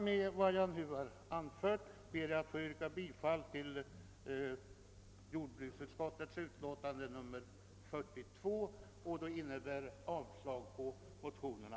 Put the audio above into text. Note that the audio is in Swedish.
Med det anförda ber jag att få yrka bifall till jordbruksutskottets hemställan i dess utlåtande nr 42 som innebär avslag på motionerna.